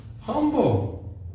Humble